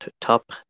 Top